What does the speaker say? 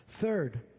Third